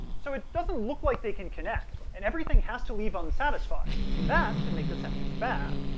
so it doesn't look like they can connect, and everything has to leave unsatisfied. and that should make the sentence bad.